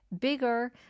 bigger